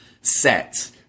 set